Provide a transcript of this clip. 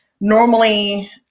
normally